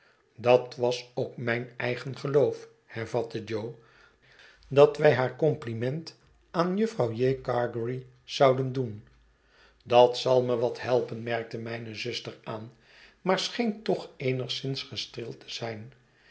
dat was ook mijn eigen geloof hervatte jo dat wij haar compliment aan jufvrouw j gargery zouden doen dat zal me wat helpen merkte mijne zuster aan maar scheen toch eenigszins gestreeld te zijn